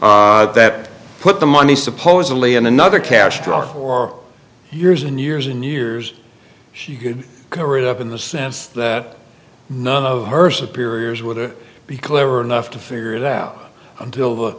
daily that put the money supposedly in another cash drawer for years and years and years she could cover it up in the sense that none of her superiors would it be clever enough to figure it out until the